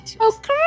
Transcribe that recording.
Okay